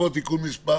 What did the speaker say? החדש (הוראת שעה) (הגבלת פעילות והוראות נוספות) (תיקון מס'